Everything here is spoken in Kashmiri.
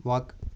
وَق